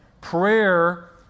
prayer